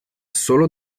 solo